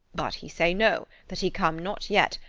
but he say no that he come not yet,